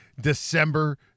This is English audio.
December